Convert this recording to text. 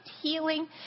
healing